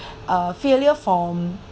a failure from